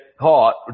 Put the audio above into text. caught